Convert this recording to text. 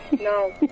No